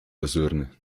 luzerne